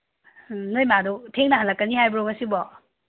ꯅꯈꯣꯏ ꯏꯃꯥꯗꯣ ꯊꯦꯡꯅ ꯍꯜꯂꯛꯀꯅꯤ ꯍꯥꯏꯕ꯭ꯔꯣ ꯉꯁꯤꯕꯣ